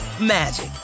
magic